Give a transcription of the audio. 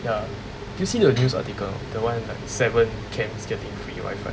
ya did you see the news article the one like seven camps getting free Wi-Fi